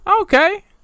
okay